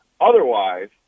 Otherwise